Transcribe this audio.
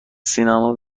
سینما